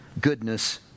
goodness